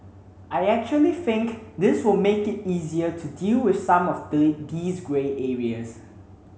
I actually think this will make it easier to deal with some of these grey areas